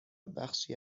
بخشی